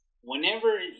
Whenever